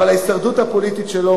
אבל ההישרדות הפוליטית שלו,